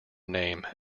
name